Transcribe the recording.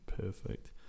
Perfect